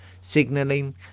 signalling